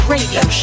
Radio